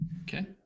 okay